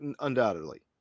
undoubtedly